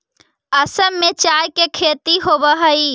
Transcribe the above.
असम में चाय के खेती होवऽ हइ